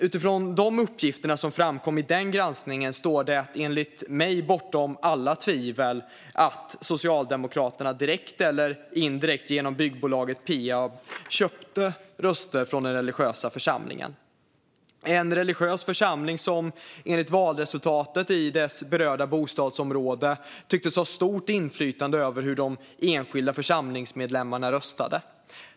Utifrån de uppgifter som framkom i den granskningen står det enligt mig bortom alla tvivel att Socialdemokraterna direkt eller indirekt genom byggbolaget Peab köpte röster av den religiösa församlingen - en religiös församling som, enligt valresultatet i dess berörda bostadsområde, tycks ha haft stort inflytande över hur de enskilda församlingsmedlemmarna röstat.